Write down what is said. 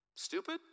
stupid